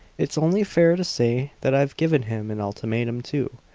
it's only fair to say that i've given him an ultimatum, too.